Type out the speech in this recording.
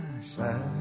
side